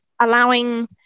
allowing